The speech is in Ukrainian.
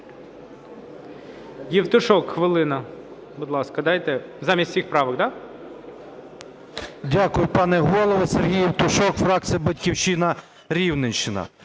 Дякую, пане Голово. Сергій Євтушок, фракція "Батьківщина", Рівненщина.